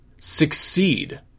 Succeed